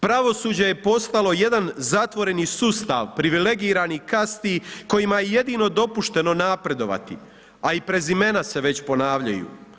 Pravosuđe je postalo jedan zatvoreni sustav privilegiranih kasti kojima je jedino dopušteno napredovati a i prezimena se već ponavljaju.